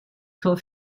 tor